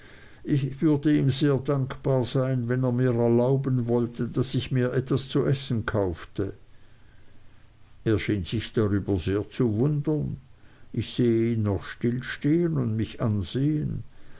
ich würde ihm sehr dankbar sein wenn er mir erlauben wollte daß ich mir etwas zu essen kaufte er schien sich darüber sehr zu wundern ich sehe ihn noch still stehen und mich ansehen